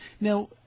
now